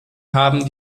haben